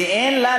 ואין לה,